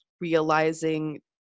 realizing